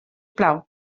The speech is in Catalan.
plau